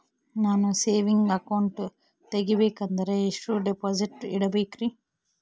ನಾನು saving account ತೆಗಿಬೇಕಂದರ ಎಷ್ಟು ಡಿಪಾಸಿಟ್ ಇಡಬೇಕ್ರಿ?